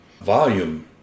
volume